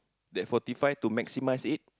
that forty five to maximize it